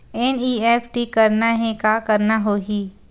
NEFT करना हे का करना होही?